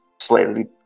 slightly